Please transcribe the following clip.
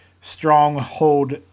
stronghold